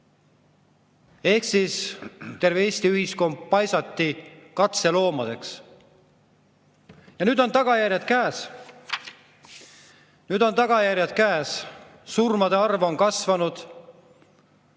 Ehk siis terve Eesti ühiskond paisati katseloomadeks. Ja nüüd on tagajärjed käes. Nüüd on tagajärjed käes! Surmade arv on kasvanud.